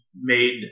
made